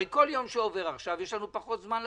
הרי כל יום שעובר עכשיו יש לנו פחות זמן לדון.